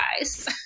guys